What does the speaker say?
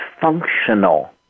functional